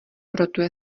rotuje